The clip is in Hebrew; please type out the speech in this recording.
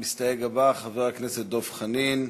המסתייג הבא, חבר הכנסת דב חנין.